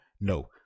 No